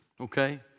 Okay